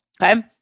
okay